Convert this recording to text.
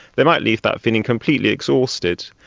they might leave that feeling completely exhausted,